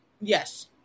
Yes